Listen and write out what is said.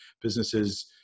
businesses